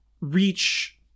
reach